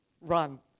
run